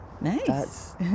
Nice